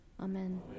Amen